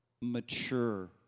mature